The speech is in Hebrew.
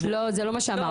לא, זה לא מה שאמרתי.